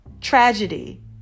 tragedy